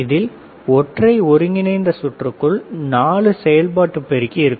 இந்த ஒற்றை ஒருங்கிணைந்த சுற்றுக்குள் 4 செயல்பாட்டுப் பெருக்கி இருக்கும்